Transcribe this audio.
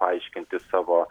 paaiškinti savo